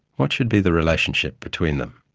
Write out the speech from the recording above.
what should be the relationship between them?